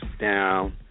down